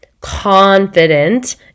confident